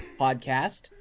podcast